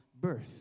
birth